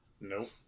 nope